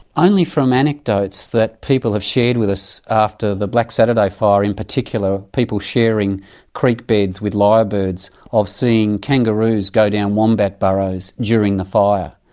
only from anecdotes that people have shared with us after the black saturday fire, in particular people sharing creek beds with lyrebirds, of seeing kangaroos go down wombat burrows during the fire,